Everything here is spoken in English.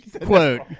Quote